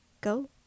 Go